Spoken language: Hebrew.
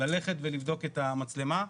ללכת ולבדוק את המצלמה,